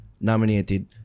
nominated